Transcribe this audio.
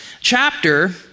chapter